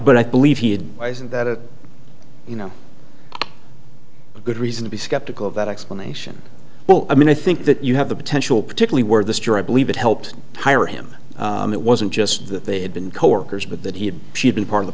but i believe he had eyes and that you know a good reason to be skeptical of that explanation well i mean i think that you have the potential particularly where this year i believe it helped hire him and it wasn't just that they had been coworkers but that he had she been part of the